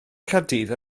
caerdydd